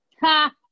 Ha